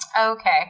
Okay